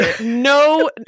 No